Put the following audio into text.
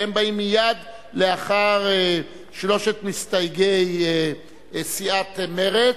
והם באים מייד לאחר שלושת מסתייגי סיעת מרצ.